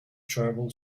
tribal